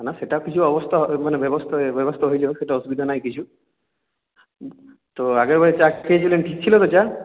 না সেটা কিছু অবস্থা মানে ব্যবস্থা ব্যবস্থা হয়ে যাবে সেটা অসুবিধা নাই কিছু তো আগেরবারে চা খেয়েছিলেন ঠিক ছিল তো চা